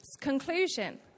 conclusion